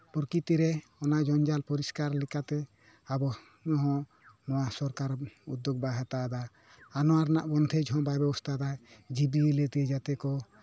ᱯᱨᱚᱠᱤᱛᱤᱨᱮ ᱚᱱᱟ ᱡᱚᱧᱡᱟᱞ ᱯᱚᱨᱤᱥᱠᱟᱨ ᱞᱮᱠᱟᱛᱮ ᱟᱵᱚ ᱦᱚᱸ ᱱᱚᱣᱟ ᱥᱚᱠᱟᱨ ᱩᱫᱽᱫᱳᱜᱽ ᱵᱟᱭ ᱦᱟᱛᱟᱣ ᱮᱫᱟ ᱟᱨ ᱱᱚᱣᱟ ᱨᱮᱱᱟᱜ ᱵᱚᱱᱫᱮᱡᱽ ᱦᱚᱸ ᱵᱟᱭ ᱵᱮᱵᱚᱥᱛᱷᱟ ᱮᱫᱟᱭ ᱡᱤᱵᱽ ᱡᱤᱭᱟᱹᱞᱤ ᱡᱟᱛᱮ ᱠᱚ